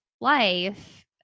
life